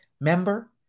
member